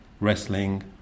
wrestling